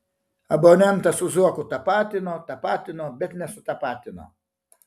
abonentą su zuoku tapatino tapatino bet nesutapatino